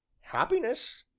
happiness,